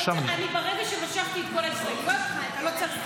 ברגע שמשכתי את כל ההסתייגויות, אתה לא צריך.